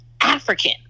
African